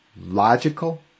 logical